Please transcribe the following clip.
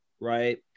right